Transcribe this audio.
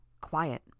Quiet